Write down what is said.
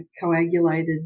coagulated